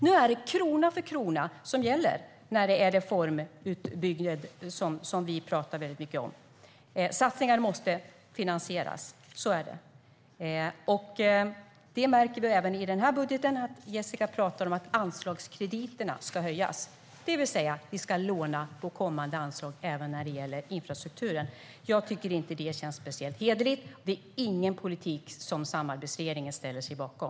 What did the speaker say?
Nu är det krona för krona som gäller för reformutbyggnaden, som vi talar mycket om. Satsningar måste finansieras; så är det. Det märker vi även i den här budgeten. Jessica talar om att anslagskrediterna ska höjas, det vill säga att vi ska låna på kommande anslag även när det gäller infrastrukturen. Jag tycker inte att det känns speciellt hederligt. Det är inte en politik som samarbetsregeringen ställer sig bakom.